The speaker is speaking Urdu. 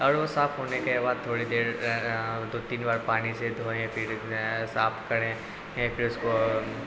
اور وہ صاف ہونے کے بعد تھوڑی دیر دو تین بار پانی سے دھوئیں پھر صاف کریں پھر اس کو